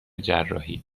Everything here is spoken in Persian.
جراحی